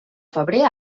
febrer